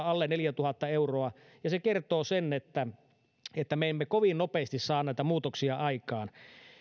alle neljätuhatta euroa ja se kertoo sen että että me emme kovin nopeasti saa näitä muutoksia aikaan